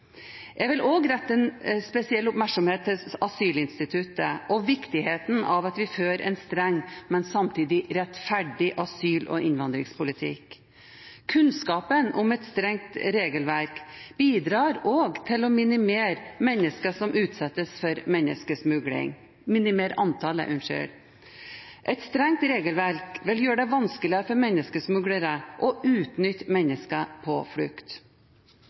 Jeg vil også rette en spesiell oppmerksomhet mot asylinstituttet og viktigheten av at vi fører en streng, men samtidig rettferdig asyl- og innvandringspolitikk. Kunnskapen om et strengt regelverk bidrar også til å minimere antallet mennesker som utsettes for menneskesmugling. Et strengt regelverk vil gjøre det vanskeligere for menneskesmuglere å utnytte mennesker på flukt.